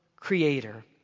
Creator